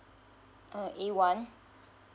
ah A one